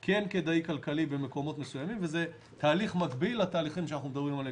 כל עוד יש את תשתיות הנחושת אנחנו שבוים בידי תשתיות הנחושת,